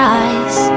eyes